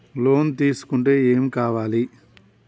Loan తీసుకుంటే ఏం కావాలి?